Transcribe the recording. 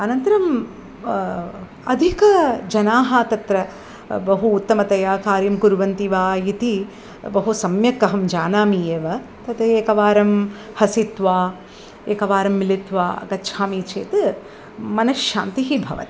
अनन्तरम् अधिकाः जनाः तत्र बहु उत्तमतया कार्यं कुर्वन्ति वा इति बहु सम्यक् अहं जानामि एव तत् एकवारं हसित्वा एकवारं मिलित्वा गच्छामि चेत् मनःशान्तिः भवति